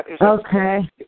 Okay